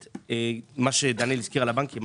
מה שדניאל הזכיר על הבנקים.